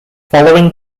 following